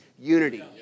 unity